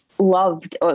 loved